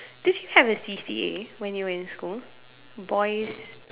did you have a C_C_A when you were in school boys